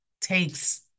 takes